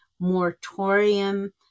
moratorium